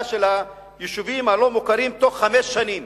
של היישובים הלא-מוכרים בתוך חמש שנים